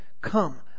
Come